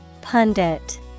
Pundit